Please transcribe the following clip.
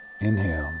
inhale